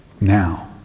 now